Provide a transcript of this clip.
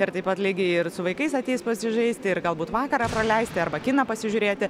ir taip pat lygiai ir su vaikais ateis pasižaisti ir galbūt vakarą praleisti arba kiną pasižiūrėti